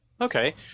Okay